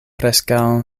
preskaŭ